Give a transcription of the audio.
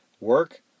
Work